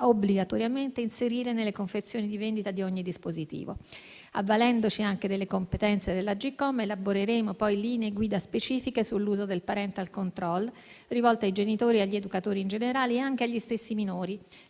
obbligatoriamente inserire nelle confezioni di vendita di ogni dispositivo elettronico. Avvalendoci anche delle competenze dell'Agcom, elaboreremo poi linee guida specifiche sull'uso del *parental control*, rivolte ai genitori e agli educatori in generale, ma anche agli stessi minori,